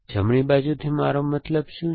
જમણી બાજુથી તમારો મતલબ શું છે